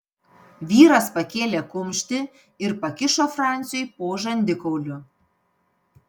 vyras pakėlė kumštį ir pakišo franciui po žandikauliu